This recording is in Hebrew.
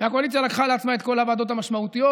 והקואליציה לקחה לעצמה את כל הוועדות המשמעותיות,